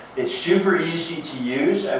it's super easy to use.